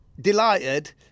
delighted